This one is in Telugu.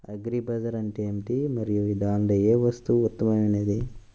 అగ్రి బజార్ అంటే ఏమిటి మరియు దానిలో ఏ వస్తువు ఉత్తమమైనది?